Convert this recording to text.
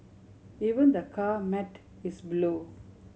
even the car mat is blue